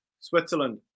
Switzerland